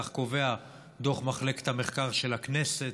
כך קובע דוח מחלקת המחקר של הכנסת.